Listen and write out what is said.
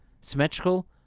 symmetrical